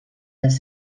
les